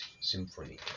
symphony